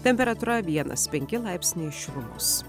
temperatūra vienas penki laipsniai šilumos